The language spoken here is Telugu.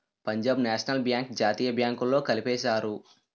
పంజాబ్ నేషనల్ బ్యాంక్ జాతీయ బ్యాంకుల్లో కలిపేశారు